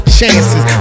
chances